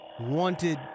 wanted